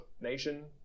nation